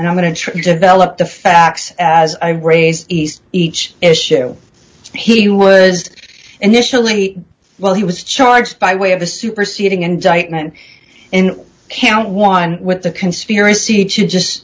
and i'm going to develop the facts as i raise east each issue he was initially well he was charged by way of a superseding indictment in count one with the conspiracy to just